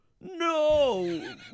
No